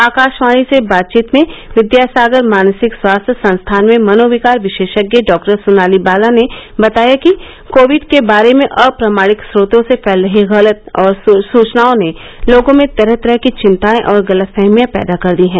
आकाशवाणी से बातचीत में विद्यासागर मानसिक स्वास्थ्य संस्थान में मनोविकार विशेषज्ञ डॉक्टर सोनाली बाला ने बताया कि कोविड के बारे में अप्रमाणिक स्रोतों से फैल रही गलत सूचनाओं ने लोगों में तरह तरह की चिंताए और गलतफहमियां पैदा कर दी है